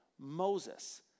Moses